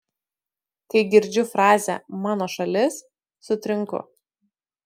kai girdžiu frazę mano šalis sutrinku